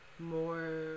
more